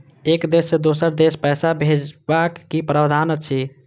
एक देश से दोसर देश पैसा भैजबाक कि प्रावधान अछि??